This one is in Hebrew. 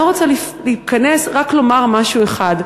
אני לא רוצה להיכנס, רק לומר דבר אחד.